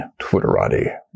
Twitterati